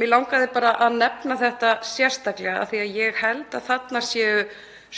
Mig langaði bara að nefna þetta sérstaklega af því að ég held að þarna séu